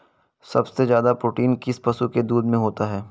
सबसे ज्यादा प्रोटीन किस पशु के दूध में होता है?